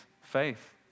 faith